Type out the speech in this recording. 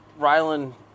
Rylan